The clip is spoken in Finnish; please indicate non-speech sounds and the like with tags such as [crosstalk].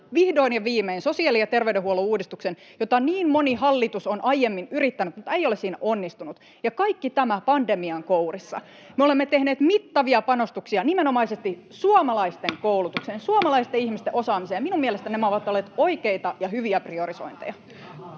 vihdoin ja viimein sosiaali- ja terveydenhuollon uudistuksen, jota niin moni hallitus on aiemmin yrittänyt mutta ei ole siinä onnistunut. Ja kaikki tämä pandemian kourissa. Me olemme tehneet mittavia panostuksia nimenomaisesti suomalaisten koulutukseen, [noise] suomalaisten ihmisten osaamiseen, [Leena Meri: Ja ostovoimaan vai?] ja minun mielestäni nämä ovat olleet oikeita ja hyviä priorisointeja.